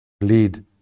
lead